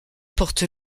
porte